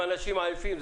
אנשים עייפים,